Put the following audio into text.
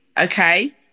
okay